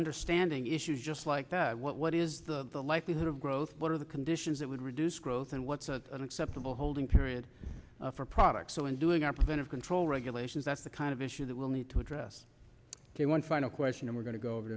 understanding issues just like that what what is the the likelihood of growth what are the conditions that would reduce growth and what's an acceptable holding period for a product so in doing our preventive control regulations that's the kind of issue that we'll need to address one final question and we're going to go over